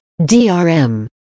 DRM